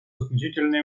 значительные